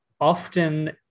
often